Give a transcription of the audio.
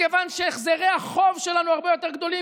מכיוון שהחזרי החוב שלנו הרבה יותר גדולים,